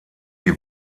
die